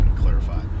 clarify